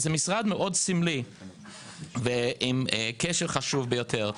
זה משרד מאוד סמלי ועם קשר חשוב ביותר.